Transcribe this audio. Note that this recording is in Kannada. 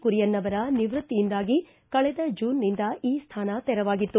ಕುರಿಯನ್ ಅವರ ನಿವ್ಯಕ್ತಿಯಿಂದಾಗಿ ಕಳೆದ ಜೂನ್ನಿಂದ ಈ ಸ್ವಾನ ತೆರವಾಗಿತ್ತು